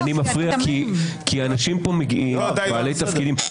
אני מפריע כי מגיעים לכאן אנשים בעלי תפקידים.